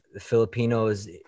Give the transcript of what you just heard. Filipinos